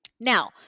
Now